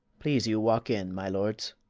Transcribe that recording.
please you walk in, my lords.